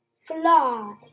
fly